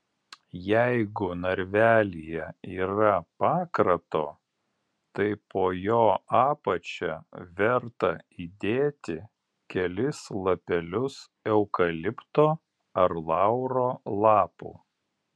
jeigu narvelyje yra pakrato tai po jo apačia verta įdėti kelis lapelius eukalipto ar lauro lapų